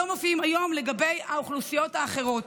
מופיעים היום לגבי האוכלוסיות האחרות,